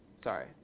sorry.